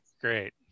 Great